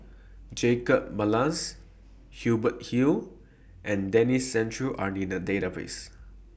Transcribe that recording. Jacob Ballas Hubert Hill and Denis Santry Are in The Database